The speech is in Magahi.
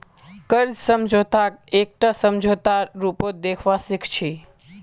कर्ज समझौताक एकटा समझौतार रूपत देखवा सिख छी